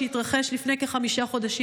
שהתרחש לפני כחמישה חודשים,